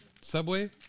Subway